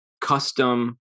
custom